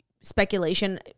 speculation